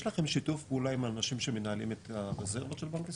יש לכם שיתוף פעולה עם האנשים שמנהלים את הרזרבות של בנק ישראל?